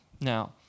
Now